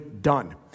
done